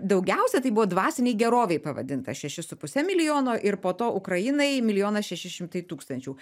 daugiausia tai buvo dvasinei gerovei pavadinta šeši su puse milijono ir po to ukrainai milijonas šeši šimtai tūkstančių